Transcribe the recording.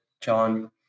John